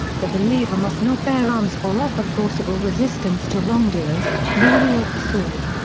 the believer must not bear arms or offer forcible resistance to wrongdoers, nor wield the sword.